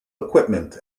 equipment